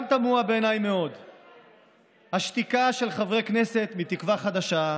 גם תמוהה בעיניי מאוד השתיקה של חברי כנסת מתקווה חדשה,